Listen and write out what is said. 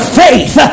faith